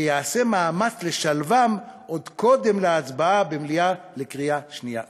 וייעשה מאמץ לשלבן עוד קודם להצבעה במליאה בקריאה שנייה ושלישית".